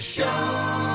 Show